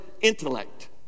intellect